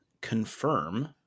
confirm